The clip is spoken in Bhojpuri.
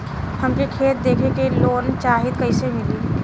हमके खेत देखा के लोन चाहीत कईसे मिली?